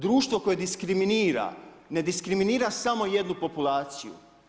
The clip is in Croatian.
Društvo koje diskriminira, ne diskriminira samo jednu populaciju.